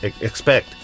expect